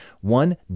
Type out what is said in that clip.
One